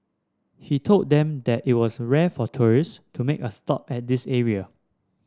he told them that it was rare for tourist to make a stop at this area